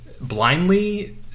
blindly